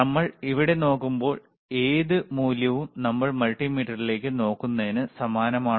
നമ്മൾ ഇവിടെ നോക്കുന്ന ഏത് മൂല്യവും നമ്മൾ മൾട്ടിമീറ്ററിലേക്ക് നോക്കുന്നതിന് സമാനമാണോ